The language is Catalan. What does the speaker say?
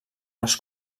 les